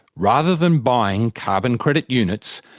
rather than buying carbon credit units,